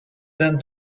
than